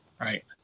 Right